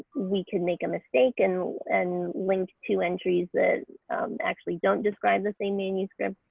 we could make a mistake and and link to entries that actually don't describe the same manuscript,